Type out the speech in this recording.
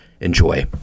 Enjoy